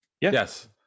Yes